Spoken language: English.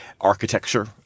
architecture